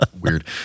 Weird